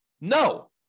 No